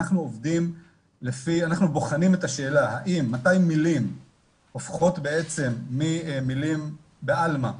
אנחנו בוחנים את השאלה מתי מילים הופכות בעצם ממילים בעלמא,